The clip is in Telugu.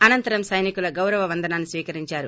అనంతరం సైనికుల గౌరవందనాన్ని స్వీకరించారు